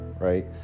right